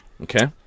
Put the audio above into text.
okay